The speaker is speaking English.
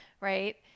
right